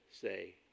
say